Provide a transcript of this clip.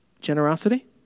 generosity